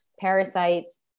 parasites